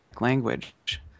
language